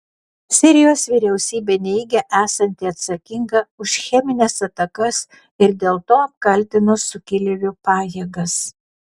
sirijos vyriausybė neigia esanti atsakinga už chemines atakas ir dėl to apkaltino sukilėlių pajėgas